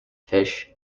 fish